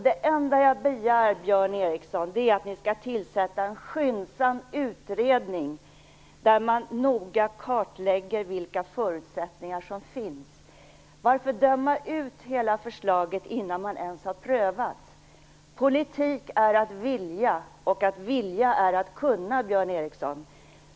Det enda jag begär, Björn Ericson, är att ni skall tillsätta en skyndsam utredning, där man noga kartlägger vilka förutsättningar som finns. Varför döma ut hela förslaget innan man ens har prövat? Politik är att vilja, och att vilja är att kunna, Björn Ericson.